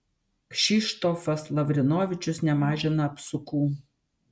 kšištofas lavrinovičius nemažina apsukų